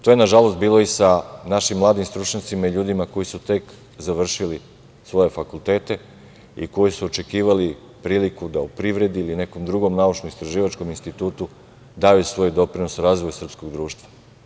To je nažalost bilo i sa našim mladim stručnjacima i ljudima koji su tek završili svoje fakultete i koji su očekivali priliku da u privredi ili nekom drugom naučno-istraživačkom institutu daju svoj doprinos razvoju srpskog društva.